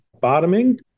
bottoming